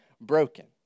broken